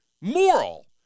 moral